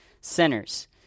sinners